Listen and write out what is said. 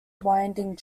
winding